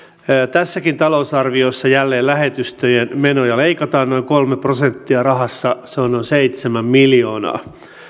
tässäkin talousarviossa jälleen lähetystöjen menoja leikataan noin kolme prosenttia rahassa se on noin seitsemän miljoonaa